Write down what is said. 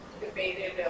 debated